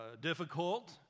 difficult